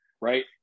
right